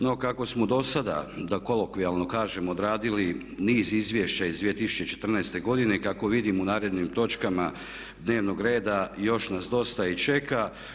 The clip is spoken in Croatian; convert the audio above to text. No, kako smo do sada da kolokvijalno kažem odradili niz izvješća iz 2014. godine i kako vidim u narednim točkama dnevnog reda još nas dosta i čeka.